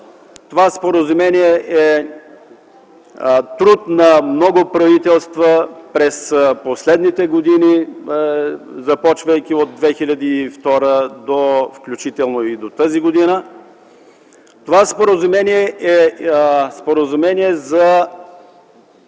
Това споразумение е труд на много правителства през последните години от 2002 г., включително и до тази година. Това е споразумение за